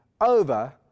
over